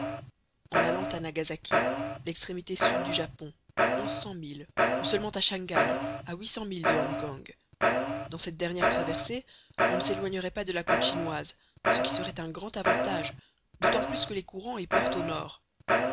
en allant à nagasaki l'extrémité sud du japon onze cents milles ou seulement à shangaï à huit cents milles de hong kong dans cette dernière traversée on ne s'éloignerait pas de la côte chinoise ce qui serait un grand avantage d'autant plus que les courants y portent au nord